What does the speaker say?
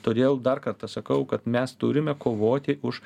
todėl dar kartą sakau kad mes turime kovoti už